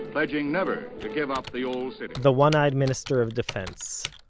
pledging never to give up the old city the one-eyed minister of defense,